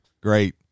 Great